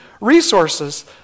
resources